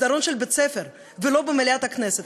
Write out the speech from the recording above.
מסדרון של בית-ספר ולא במליאת הכנסת.